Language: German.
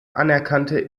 anerkannte